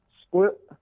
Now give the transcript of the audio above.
split